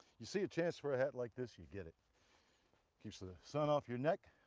you see a chance for a hat like this you get it keeps the sun off your neck,